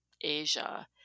Asia